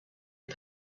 est